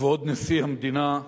כבוד נשיא המדינה,